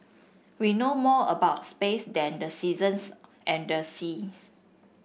we know more about space than the seasons and the seas